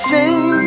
Sing